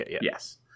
yes